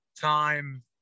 time